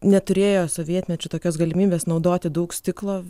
neturėjo sovietmečiu tokios galimybės naudoti daug stiklo